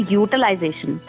utilization